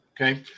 Okay